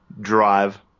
drive